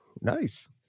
nice